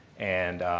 and